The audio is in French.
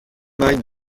mailles